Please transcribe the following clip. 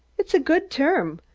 it's a good term.